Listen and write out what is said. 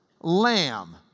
lamb